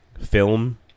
Film